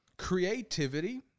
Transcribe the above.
creativity